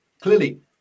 clearly